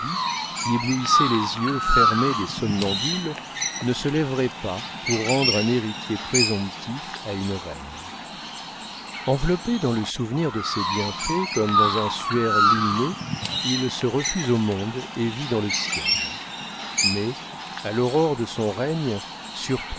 qui éblouissait les yeux fermés des somnambules ne se lèverait pas pour rendre un héritier présomptif à une reine enveloppé dans le souvenir de ses bienfaits comme dans un suaire lumineux il se refuse au monde et vit dans le ciel mais à l'aurore de son règne